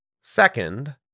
Second